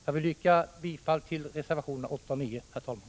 Jag yrkar bifall till reservationerna 8 och 9.